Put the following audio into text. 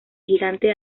gigante